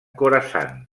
khorasan